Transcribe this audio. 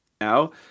now